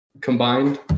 combined